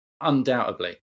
undoubtedly